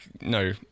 no